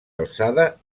alçada